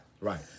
Right